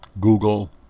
Google